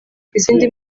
izindi